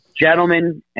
Gentlemen